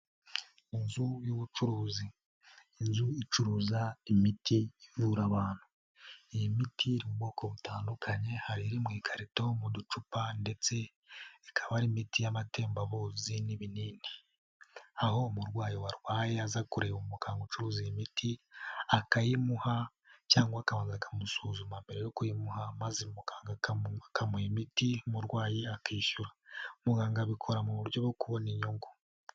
Inzu y'ubucuruzi. Inzu icuruza imiti ivura abantu. Iyi miti iri mu bwoko butandukanye, hari iri mu ikarito, mu ducupa ndetse ikaba ari imiti y'amatembabuzi n'ibinini. Aho umurwayi warwaye aza kureba umuganga ucuruza imiti akayimuha cyangwa akabanza akamusuzuma mbere yo kuyimuha maze akabona kumuha imiti umurwayi akishyura. Muganga abikora mu buryo bwo kubona inyungu.